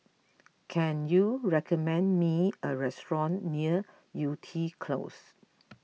can you recommend me a restaurant near Yew Tee Close